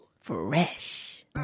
Fresh